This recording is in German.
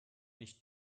nicht